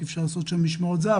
אי אפשר לעשות שם משמרות זה"ב,